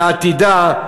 על עתידה,